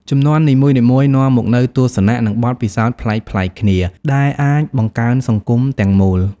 ជំនាន់នីមួយៗនាំមកនូវទស្សនៈ និងបទពិសោធន៍ប្លែកៗគ្នាដែលអាចបង្កើនសង្គមទាំងមូល។